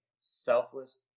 selfless